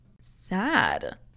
sad